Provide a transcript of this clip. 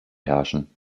herrschen